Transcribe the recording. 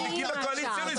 תבדקי בקואליציה.